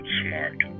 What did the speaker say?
smart